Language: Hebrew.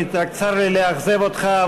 צר לי לאכזב אותך,